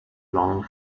long